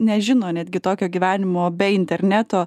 nežino netgi tokio gyvenimo be interneto